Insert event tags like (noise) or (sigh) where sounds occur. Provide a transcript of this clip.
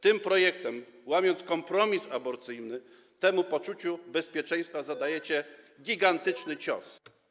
Tym projektem, łamiąc kompromis aborcyjny, temu poczucia bezpieczeństwa zadajecie (noise) gigantyczny cios.